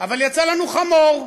אבל יצא לנו חמור,